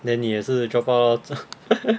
then 你也是 drop out lor 做